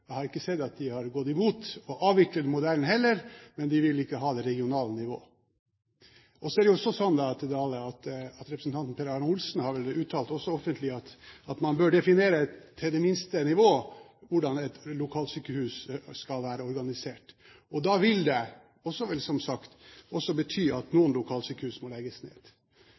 Jeg har ikke sett at de har gått imot å avvikle denne modellen heller, men de vil ikke ha det regionale nivå. Og så er det jo også sånn da, til Dale, at representanten Per Arne Olsen vel har uttalt offentlig at man bør definere til det minste nivå hvordan et lokalsykehus skal være organisert. Da vil det – som det vel er sagt – også bety at noen lokalsykehus må legges ned.